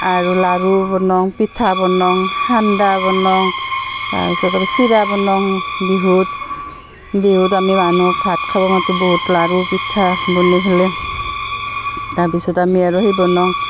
আৰু লাড়ু বনাওঁ পিঠা বনাওঁ সান্দা বনাওঁ তাৰপিছত আৰু চিৰা বনাওঁ বিহুত বিহুত আমি মানুহক ভাত খাব মাতোঁ বহুত লাড়ু পিঠা বনাই পেলাই তাৰপিছত আমি আৰু সেই বনাওঁ